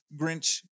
Grinch